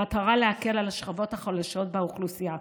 במטרה להקל על השכבות החלשות באוכלוסייה.